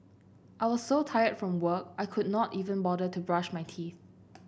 I was so tired from work I could not even bother to brush my teeth